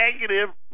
negative